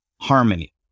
harmony